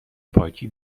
پاکی